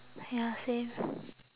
ya same